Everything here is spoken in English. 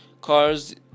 cars